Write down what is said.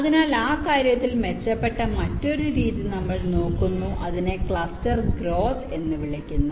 അതിനാൽ ആ കാര്യത്തിൽ മെച്ചപ്പെട്ട മറ്റൊരു രീതി നമ്മൾ നോക്കുന്നു അതിനെ ക്ലസ്റ്റർ ഗ്രോത് എന്ന് വിളിക്കുന്നു